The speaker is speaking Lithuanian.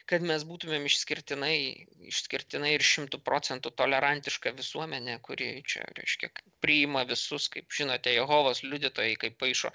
kad mes būtumėm išskirtinai išskirtinai ir šimtu procentų tolerantiška visuomenė kuri čia reiškia priima visus kaip žinote jehovos liudytojai kaip paišo